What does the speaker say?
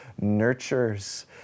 nurtures